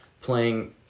playing